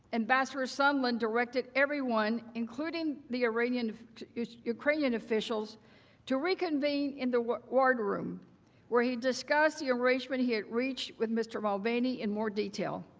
ambassador sondland directed everyone, including the ukrainian ukrainian officials to reconvene in the war room where he discussed the arrangement he had reached with mr. mulvaney in more detail.